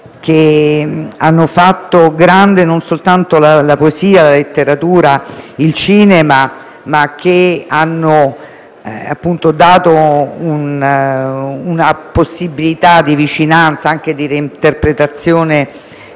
che hanno dato lustro non soltanto alla poesia, alla letteratura e al cinema ma che hanno dato una possibilità di vicinanza e di reinterpretazione